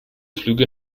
flüge